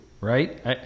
right